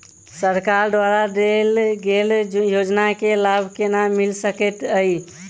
सरकार द्वारा देल गेल योजना केँ लाभ केना मिल सकेंत अई?